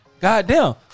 goddamn